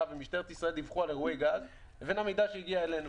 משטרת ישראל דיווחו על אירועי גז לבין המיגע שהגיע אלינו.